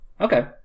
Okay